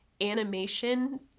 animation